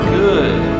good